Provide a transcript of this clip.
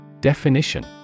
Definition